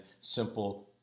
simple